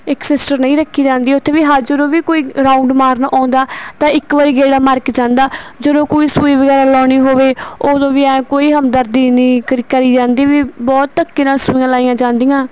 ਇੱਕ ਸਿਸਟਰ ਨਹੀਂ ਰੱਖੀ ਜਾਂਦੀ ਉੱਥੇ ਵੀ ਹਾਜ਼ਰ ਉਹ ਵੀ ਕੋਈ ਰਾਊਂਡ ਮਾਰਨ ਆਉਂਦਾ ਤਾਂ ਇੱਕ ਵਾਰ ਗੇੜਾ ਮਾਰ ਕੇ ਜਾਂਦਾ ਜਦੋਂ ਕੋਈ ਸੂਈ ਵਗੈਰਾ ਲਗਾਉਣੀ ਹੋਵੇ ਉਦੋਂ ਵੀ ਹੈ ਕੋਈ ਹਮਦਰਦੀ ਨਹੀਂ ਕਰੀ ਕਰੀ ਜਾਂਦੀ ਵੀ ਬਹੁਤ ਧੱਕੇ ਨਾਲ ਸੂਈਆਂ ਲਗਾਈਆਂ ਜਾਂਦੀਆਂ